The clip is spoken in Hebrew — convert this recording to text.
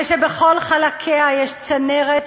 ושבכל חלקיה יש צנרת,